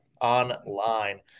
Online